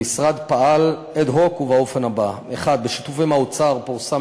המשרד פעל אד-הוק ובאופן הבא: 1. בשיתוף עם האוצר פורסם